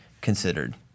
considered